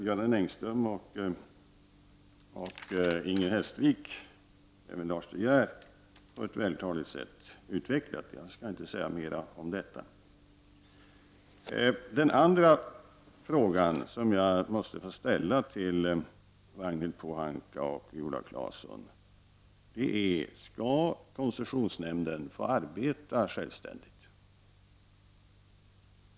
Göran Engström, Inger Hestvik och även Lars De Geer har vältaligt utvecklat detta, så jag skall inte säga mera om den saken. Jag måste få ställa ytterligare en fråga till Ranghild Pohanka och Viola Claesson: Skall koncessionsnämnden få arbeta självständigt?